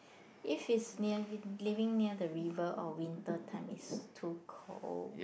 if it's near we living near the river on winter time is too cold